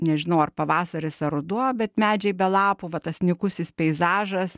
nežinau ar pavasaris ar ruduo bet medžiai be lapų va tas nykusis peizažas